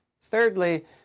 Thirdly